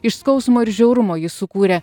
iš skausmo ir žiaurumo ji sukūrė